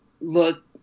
look